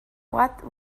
what